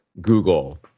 Google